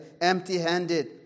empty-handed